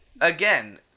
again